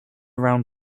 round